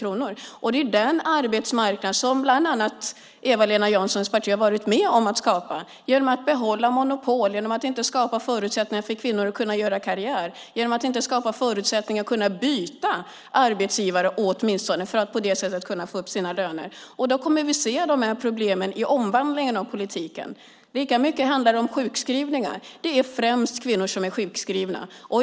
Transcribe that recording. Det är denna arbetsmarknad som bland annat Eva-Lena Janssons parti har varit med om att skapa genom att behålla monopol, genom att inte skapa förutsättningar för kvinnor att kunna göra karriär, genom att inte skapa förutsättningar att åtminstone kunna byta arbetsgivare för att på det sättet kunna få upp lönen. Då kommer vi att se dessa problem i omvandlingen av politiken. Det handlar lika mycket om sjukskrivningar. Det är främst kvinnor som är sjukskrivna.